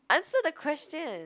answer the question